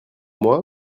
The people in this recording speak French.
moi